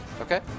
Okay